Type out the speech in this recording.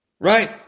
Right